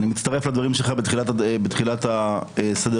אני מצטרף לדברים שלך בתחילת סדר-היום,